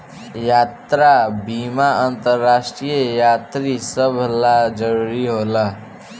यात्रा बीमा अंतरराष्ट्रीय यात्री सभ ला जरुरी होला